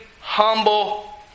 humble